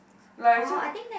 like I just